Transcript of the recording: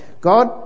God